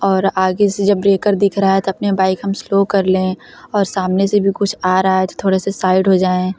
और आगे से जब ब्रेकर दिख रहा था अपने बाइक हम स्लो कर लें और सामने से भी कुछ आ रहा है तो थोड़े से साइड हो जाएँ